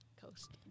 coast